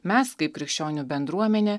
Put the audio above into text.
mes kaip krikščionių bendruomenė